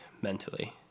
mentally